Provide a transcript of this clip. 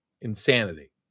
insanity